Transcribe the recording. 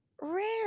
rare